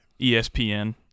ESPN